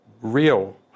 real